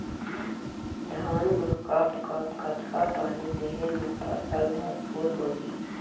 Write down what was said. धान मा कब कब कतका पानी देहे मा फसल भरपूर होही?